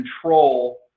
control